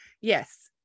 yes